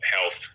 health